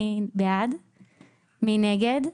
מי נגד?